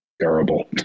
terrible